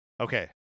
Okay